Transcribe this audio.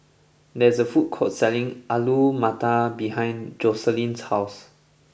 there is a food court selling Alu Matar behind Joseline's house